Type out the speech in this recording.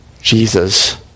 Jesus